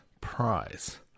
prize